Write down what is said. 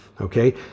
okay